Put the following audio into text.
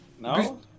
No